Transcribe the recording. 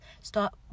start